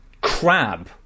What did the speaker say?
Crab